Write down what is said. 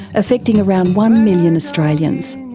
affecting around one million australians.